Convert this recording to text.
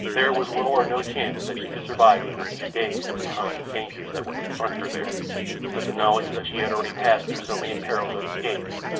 there was little or no chance that she could survive even a few days of the constant dangers that would confront her there but the knowledge that she had already passed through so many perils unscathed,